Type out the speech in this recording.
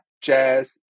jazz